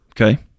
Okay